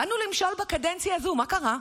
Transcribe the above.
באנו למשול בקדנציה הזאת, ומה קרה?